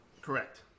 Correct